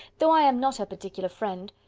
though i am not her particular friend.